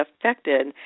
affected